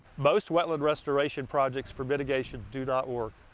most wetland restoration projects for mitigation do not work.